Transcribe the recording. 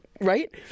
right